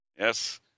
Yes